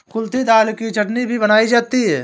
कुल्थी दाल की चटनी भी बनाई जाती है